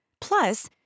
Plus